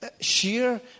Sheer